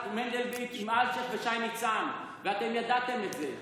מנדלבליט עם אלשיך ושי ניצן, ואתם ידעת את זה.